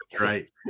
right